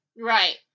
Right